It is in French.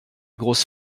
grosse